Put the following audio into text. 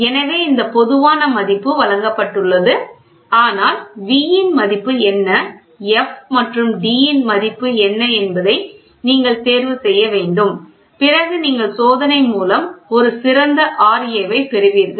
எனவே இந்த பொதுவான மதிப்பு வழங்கப்பட்டுள்ளது ஆனால் V ன் மதிப்பு என்ன எஃப் மற்றும் டி இன் மதிப்பு என்ன என்பதை நீங்கள் தேர்வு செய்ய வேண்டும் பிறகு நீங்கள் சோதனை மூலம் ஒரு சிறந்த Ra வைப் பெறுவீர்கள்